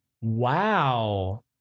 Wow